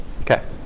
Okay